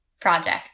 project